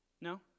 No